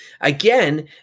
again